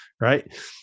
Right